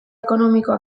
ekonomikoa